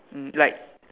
mm like